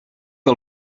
que